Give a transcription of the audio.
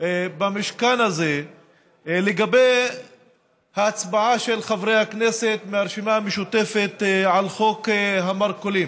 במשכן הזה לגבי ההצבעה של חברי הכנסת מהרשימה המשותפת על חוק המרכולים.